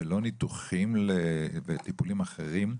ולא טיפולים אחרים,